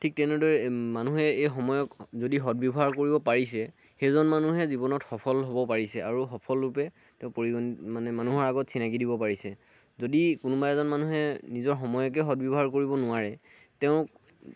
ঠিক তেনেদৰে মানুহে এই সময়ক যদি সৎ ব্যৱহাৰ কৰিব পাৰিছে সেইজন মানুহে জীৱনত সফল হ'ব পাৰিছে আৰু সফলৰূপে তেওঁ পৰিগণিত মানে মানুহৰ আগত চিনাকি দিব পাৰিছে যদি কোনাবা এজন মানুহে নিজৰ সময়কে সৎ ব্যৱহাৰ কৰিব নোৱাৰে তেওঁক